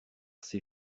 ses